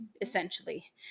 Essentially